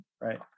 right